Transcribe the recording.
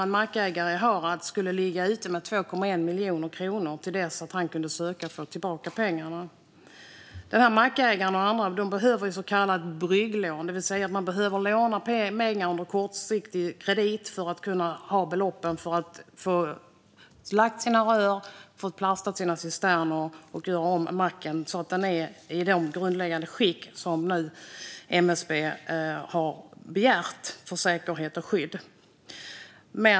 En mackägare i Harads skulle ligga ute med 2,1 miljoner kronor till dess att han kunde söka och få tillbaka pengarna. Den mackägaren och andra behöver ett så kallat brygglån, det vill säga de behöver låna pengar under en kortare tid för att de ska kunna lägga rör, plasta cisterner och göra om macken, så att den blir i det grundläggande skick som MSB nu har begärt när det gäller säkerhet och skydd.